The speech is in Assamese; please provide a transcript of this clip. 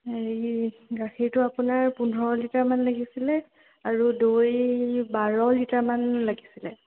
হেৰি গাখীৰটো আপোনাৰ পোন্ধৰ লিটাৰমান লাগিছিলে আৰু দৈ বাৰ লিটাৰমান লাগিছিলে